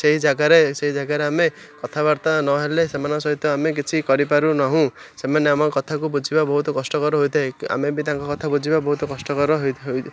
ସେହି ଜାଗାରେ ସେଇ ଜାଗାରେ ଆମେ କଥାବାର୍ତ୍ତା ନହେଲେ ସେମାନଙ୍କ ସହିତ ଆମେ କିଛି କରିପାରୁନାହୁଁ ସେମାନେ ଆମ କଥାକୁ ବୁଝିବା ବହୁତ କଷ୍ଟକର ହୋଇଥାଏ ଆମେ ବି ତାଙ୍କ କଥା ବୁଝିବା ବହୁତ କଷ୍ଟକର ହୋଇଥାଏ